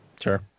Sure